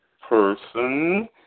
person